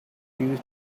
you